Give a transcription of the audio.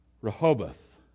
Rehoboth